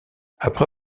après